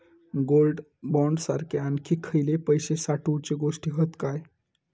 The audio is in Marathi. गोल्ड बॉण्ड सारखे आणखी खयले पैशे साठवूचे गोष्टी हत काय?